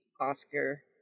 Oscar